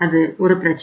அது ஒரு பிரச்சனை